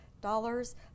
dollars